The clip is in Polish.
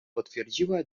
potwierdziła